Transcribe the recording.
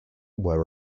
were